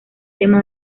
tema